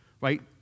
right